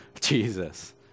Jesus